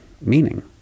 meaning